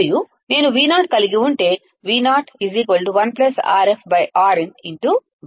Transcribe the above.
మరియు నేను Vo కలిగి ఉంటే Vo 1 RfRin Vin సరైనదే కదా